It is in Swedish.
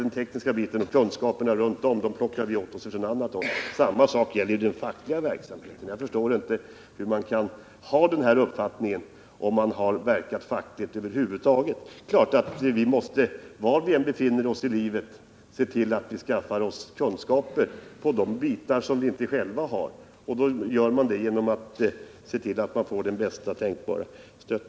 Den tekniska biten och kunskaper runt omkring plockar vi åt oss från annat håll. Detsamma gäller för den fackliga verksamheten. Jag förstår inte hur man kan ha den uppfattningen om man har verkat fackligt över huvud taget. Det är klart att vi måste — var vi än befinner oss i livet —se till att vi skaffar oss kunskaper på de områden där vi saknar sådana. Det gör vi genom att se till att vi får bästa tänkbara stöd.